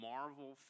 Marvel